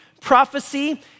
prophecy